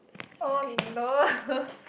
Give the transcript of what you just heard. oh no